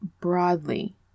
broadly